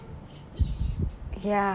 ya